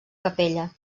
capella